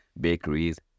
bakeries